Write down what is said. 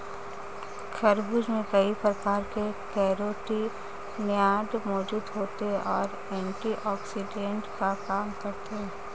खरबूज में कई प्रकार के कैरोटीनॉयड मौजूद होते और एंटीऑक्सिडेंट का काम करते हैं